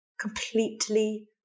completely